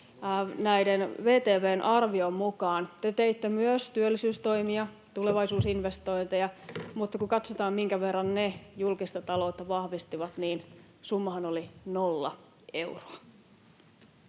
näiden VTV:n arvioiden mukaan te teitte myös työllisyystoimia, tulevaisuusinvestointeja, [Antti Lindtmanin välihuuto] mutta kun katsotaan, minkä verran ne julkista taloutta vahvistivat, niin summahan oli nolla euroa.